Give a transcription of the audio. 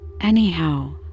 Anyhow